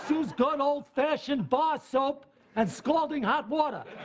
so use good old fashioned bar soap and scalding hot water.